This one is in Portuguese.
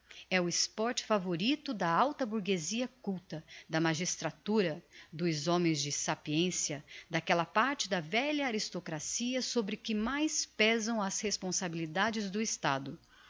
é o sport favorito da alta burguezia culta da magistratura dos homens de sapiencia d'aquela parte da velha aristocracia sobre que mais pesam as responsabilidades do estado